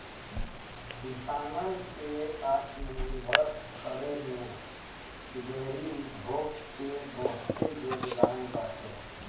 किसानन के आत्मनिर्भर करे में डेयरी उद्योग के बहुते योगदान बाटे